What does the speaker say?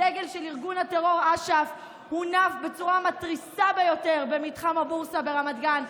דגל של ארגון הטרור אש"ף הונף בצורה מתריסה ביותר במתחם הבורסה ברמת גן.